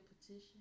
petition